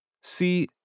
See